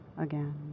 again